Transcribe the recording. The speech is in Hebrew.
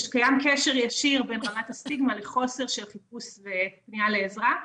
קיים קשר ישיר בין רמת הסטיגמה לחוסר של חיפוש ופנייה לעזרה,